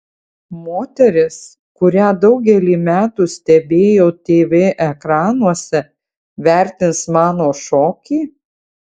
moteris kurią daugelį metų stebėjau tv ekranuose vertins mano šokį